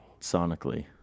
sonically